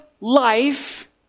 Life